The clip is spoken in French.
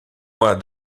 moi